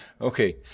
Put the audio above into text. Okay